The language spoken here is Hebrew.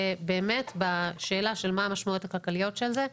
באמת בשאלה של מה המשמעויות הכלכליות של זה,